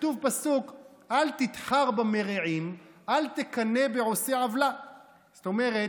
כתוב בפסוק: "אל תתחר במרעים אל תקנא בעשי עולה"; זאת אומרת,